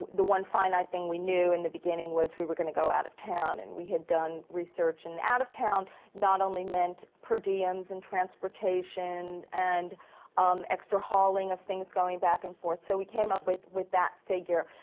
the one finite thing we knew in the beginning was we were going to go out-of-town. and we had done research, and out-of-town not only meant per diems and transportation and um extra hauling of things going back and forth, so we came up with with that figure,